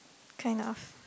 kind of